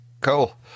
Cool